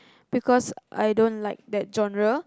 because I don't like that genre